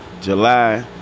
July